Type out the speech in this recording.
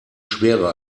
schwerer